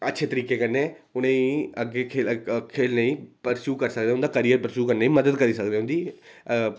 अच्छे तरीके कन्नै उ'नें गी अग्गें खेढने गी प्रोत्साहित करी सकदे उं'दा करियर बनाने च मदद करी सकदे उं'दी